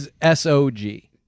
S-O-G